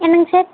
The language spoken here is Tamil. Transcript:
என்னங்க சார்